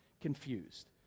confused